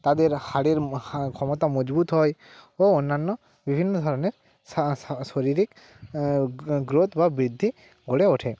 তাদের হারের হা ক্ষমতা মজবুত হয় ও অন্যান্য বিভিন্ন ধরনের শরীরিক গো গ্রোথ বা বৃদ্ধি গড়ে ওঠে